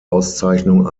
auszeichnung